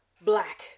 black